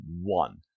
one